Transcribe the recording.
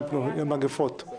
(אישורים רגולטוריים ועיצומים כספיים),